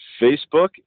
facebook